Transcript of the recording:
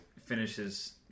finishes